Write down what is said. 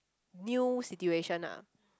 new situation ah